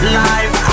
life